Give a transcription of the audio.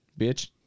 bitch